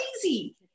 crazy